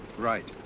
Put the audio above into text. right.